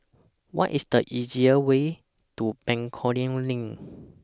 What IS The easiest Way to Bencoolen LINK